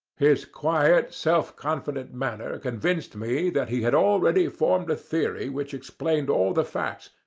his quiet self-confident manner convinced me that he had already formed a theory which explained all the facts,